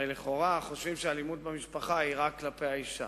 הרי לכאורה חושבים שאלימות במשפחה היא רק כלפי האשה,